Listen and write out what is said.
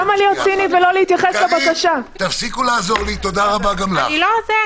תודה רבה.